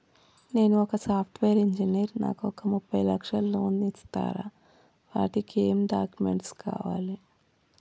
నేను ఒక software engineer నాకు ఒక ముప్పై లక్షల లోన్ ఇస్తరా? వాటికి ఏం డాక్యుమెంట్స్ కావాలి?